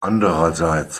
andererseits